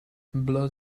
blood